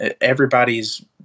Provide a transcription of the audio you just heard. everybody's